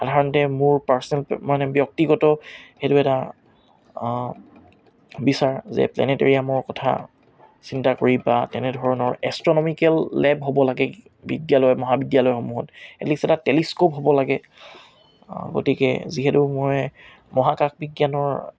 সাধাৰণতে মোৰ পাৰ্ছনেল মানে ব্যক্তিগত সেইটো এটা বিচাৰ যে প্লেনেটেৰিয়ামৰ কথা চিন্তা কৰি বা তেনেধৰণৰ এষ্ট্ৰ'নমিকেল লেব হ'ব লাগে বিদ্যালয় মহাবিদ্যালয়সমূহত এট লিষ্ট এটা টেলিস্কোপ হ'ব লাগে গতিকে যিহেতু মই মহাকাশ বিজ্ঞানৰ